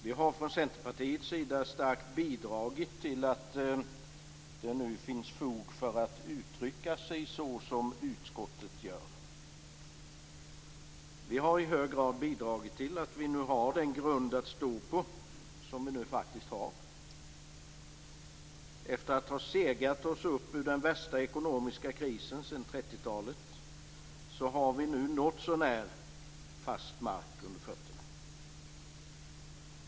Vi har från Centerpartiets sida starkt bidragit till att det nu finns fog för att uttrycka sig så som utskottet gör. Vi har i hög grad bidragit till att vi har den grund att stå på som vi nu faktiskt har. Efter att ha segat oss upp ur den värsta ekonomiska krisen sedan 1930-talet har vi nu någotsånär fast mark under fötterna.